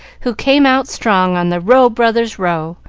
who came out strong on the row, brothers, row,